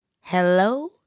Hello